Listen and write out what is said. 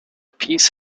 peace